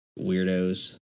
weirdos